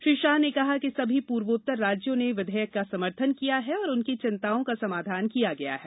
श्री शाह ने कहा कि सभी पूर्वोत्तर राज्यों ने विघेयक का समर्थन किया है और उनकी चिंताओं का समाधान किया गया है